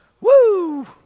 Woo